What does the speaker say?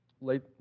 late